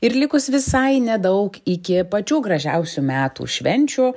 ir likus visai nedaug iki pačių gražiausių metų švenčių